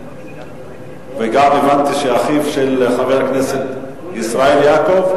גם הבנתי שאחיו של חבר הכנסת ישראל, יעקב?